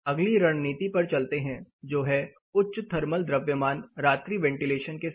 अगली रणनीति पर चलते हैं जो है उच्च थर्मल द्रव्यमान रात्रि वेंटिलेशन के साथ